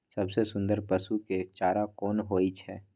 सबसे सुन्दर पसु के चारा कोन होय छै?